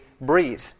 breathe